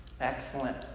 excellent